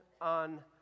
on